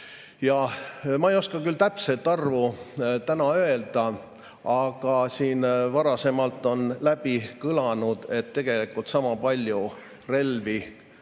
Ma ei oska täpset arvu täna öelda, aga siin varasemalt on kõlanud, et tegelikult sama palju